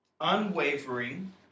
unwavering